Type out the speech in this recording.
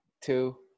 two